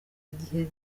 igihe